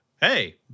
hey